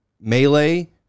Melee